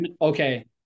okay